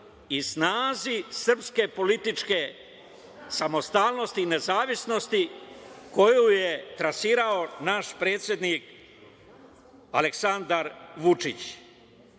i snazi srpske političke samostalnosti i nezavisnosti koju je trasirao naš predsednik Aleksandar Vučić. Zato